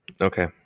Okay